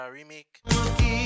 remake